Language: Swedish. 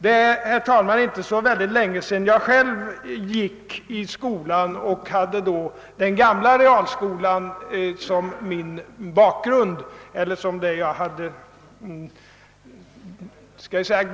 Det är, herr talman, inte så länge sedan jag själv gick i skolan. Jag hade glädjen att genomgå den gamla realskolan.